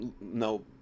No